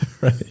Right